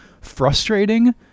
frustrating